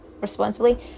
responsibly